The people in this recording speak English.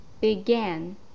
began